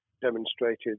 demonstrated